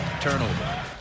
Turnover